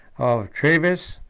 of treves,